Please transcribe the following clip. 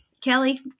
Kelly